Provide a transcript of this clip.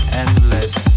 endless